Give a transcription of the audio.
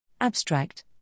Abstract